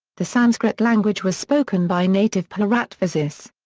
the sanskrit language was spoken by native bharatvasis.